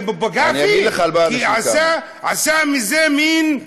לא, זה פגע בי, כי זה עשה מזה מין,